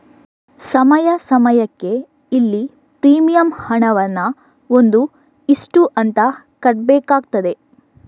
ಸಮಯ ಸಮಯಕ್ಕೆ ಇಲ್ಲಿ ಪ್ರೀಮಿಯಂ ಹಣವನ್ನ ಒಂದು ಇಷ್ಟು ಅಂತ ಕಟ್ಬೇಕಾಗ್ತದೆ